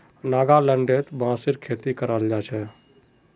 नागालैंडत बांसेर खेती कराल जा छे